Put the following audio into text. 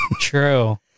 True